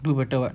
do better what